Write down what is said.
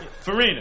Farina